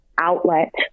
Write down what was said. outlet